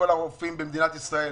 הרופאים במדינת ישראל,